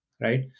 right